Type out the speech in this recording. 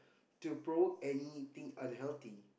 to probe anything unhealthy